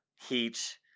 heat